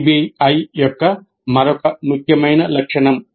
అది పిబిఐ యొక్క మరొక ముఖ్యమైన లక్షణం